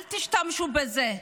אל תשתמשו בזה,